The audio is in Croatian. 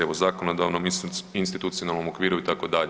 Evo zakonodavnom, institucionalnom okviru itd.